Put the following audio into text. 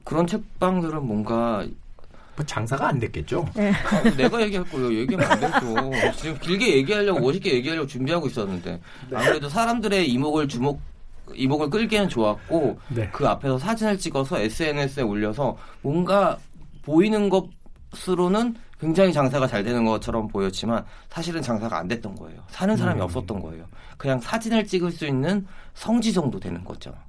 그런 책방들은 뭔가 뭐 장사가 안 됐겠죠? 네. 아, 내가 얘기할 거예요. 얘기하면 안 되죠. 지금 길게 얘기하려고, 멋있게 얘기하려고 준비하고 있었는데. 네. 아무래도 사람들의 이목을 주목- 이목을 끌기에는 좋았고, 네. 그 앞에서 사진을 찍어서 SNS에 올려서 뭔가 보이는 것으로는 굉장히 장사가 잘 되는 것처럼 보였지만 사실은 장사가 안 됐던 거예요. 사는 사람이 음. 없었던 거예요. 그냥 사진을 찍을 수 있는 성지 정도 되는 거죠.